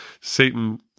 Satan